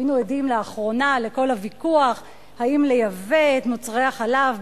היינו עדים לאחרונה לכל הוויכוח האם לייבא את מוצרי החלב,